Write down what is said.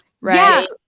Right